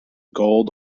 gold